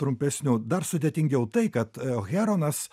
trumpesnių dar sudėtingiau tai kad heronas